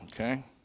Okay